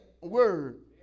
word